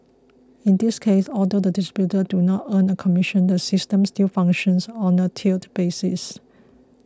in this case although the distributors do not earn a commission the system still functions on a tiered basis